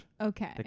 Okay